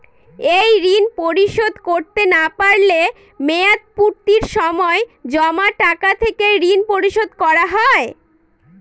এই ঋণ পরিশোধ করতে না পারলে মেয়াদপূর্তির সময় জমা টাকা থেকে ঋণ পরিশোধ করা হয়?